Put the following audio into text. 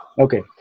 Okay